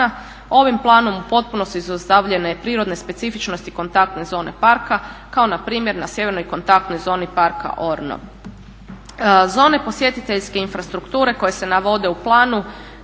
Ovim planom u potpunosti su izostavljene prirodne specifičnosti kontaktne zone parka kao npr. na sjevernoj kontaktnoj zoni parka …/Govornica se ne razumije./… Zone posjetiteljske infrastrukture koje se navode u planu